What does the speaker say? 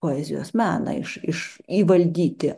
poezijos meną iš iš įvaldyti